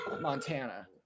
Montana